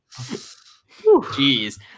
Jeez